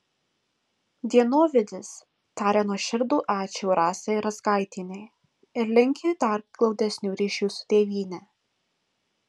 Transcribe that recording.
dienovidis taria nuoširdų ačiū rasai razgaitienei ir linki dar glaudesnių ryšių su tėvyne